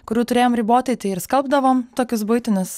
kurių turėjom ribotai tai ir skalbdavom tokius buitinius